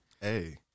Hey